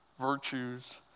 virtues